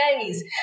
days